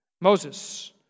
Moses